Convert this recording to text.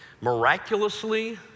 miraculously